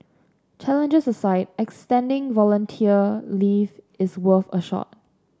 challenges aside extending volunteer leave is worth a shot